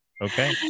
Okay